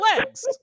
legs